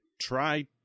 try